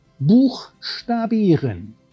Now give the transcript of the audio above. Buchstabieren